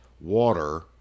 water